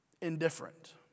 Indifferent